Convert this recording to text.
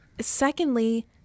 Secondly